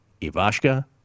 Ivashka